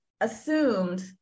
assumed